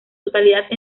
totalidad